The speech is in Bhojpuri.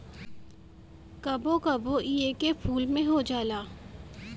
कबो कबो इ एके फूल में हो जाला